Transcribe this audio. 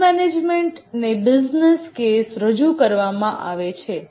ઉચ્ચ મેનેજમેન્ટને business case રજુ કરવામાં આવે છે